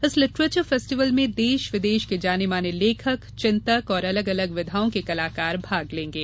इस literature festival में देश विदेश के जाने माने लेखक चिंतक और अलग अलग विधाओं के कलाकार भाग लेंगे